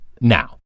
now